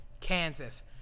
Kansas